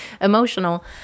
emotional